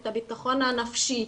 את הביטחון הנפשי.